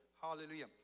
Hallelujah